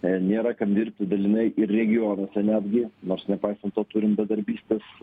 nėra kam dirbti dalinai ir regionuose netgi nors nepaisant to turim bedarbystės